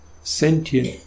sentient